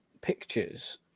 pictures